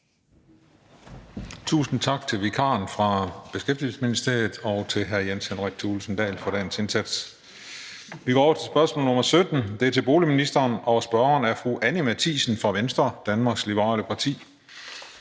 Tusind tak til vikaren fra Beskæftigelsesministeriet og til hr. Jens Henrik Thulesen Dahl for dagens indsats. Vi går over til spørgsmål nr. 17, som er til boligministeren, og spørgeren er fru Anni Matthiesen fra Venstre, Danmarks Liberale Parti.